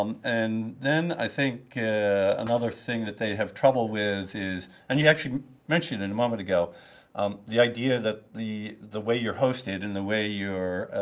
um and then i think another thing that they have trouble with is and you actually mentioned it a moment ago um the idea that the the way you're hosted and the way your